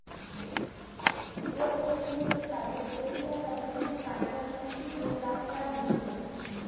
aeroponics চাষের প্রক্রিয়া যাতে শুধু পানি আর পুষ্টি লিয়ে চাষ করা হতিছে